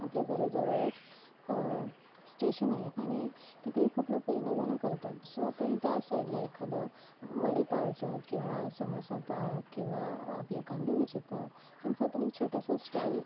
आपल्या घराजवळच स्टेशन आहे आणि तिकडे खूप लोक येणंजाणं करतात सो आपण त्या साईडला एखादं वडेपावचं किंवा समोसापाव किंवा आपले कांदेभजी पाव ह्यांचा पण एक छोटासा स्टाॅल